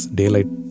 daylight